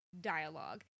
dialogue